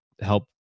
help